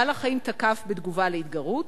בעל-החיים תקף בתגובה על התגרות,